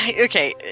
okay